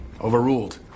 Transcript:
overruled